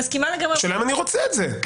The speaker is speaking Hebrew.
השאלה אם אני רוצה את זה.